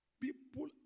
people